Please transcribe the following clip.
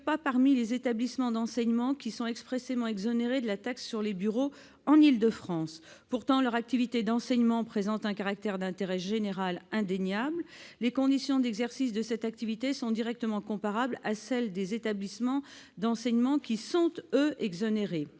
pas parmi les établissements d'enseignement qui sont expressément exonérés de la taxe sur les bureaux en Île-de-France. Pourtant, leur activité d'enseignement présente un caractère d'intérêt général indéniable et les conditions d'exercice de cette activité sont directement comparables à celles des établissements d'enseignement qui sont, eux, exonérés.